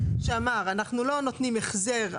שאמר שאנחנו לא נותנים החזר.